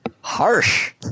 Harsh